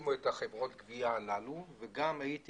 שהקימו את חברות הגבייה הללו וגם אחרי,